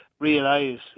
realise